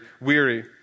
weary